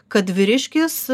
kad vyriškis